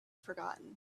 forgotten